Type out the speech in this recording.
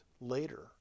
later